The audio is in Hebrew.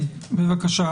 בבקשה.